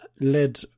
led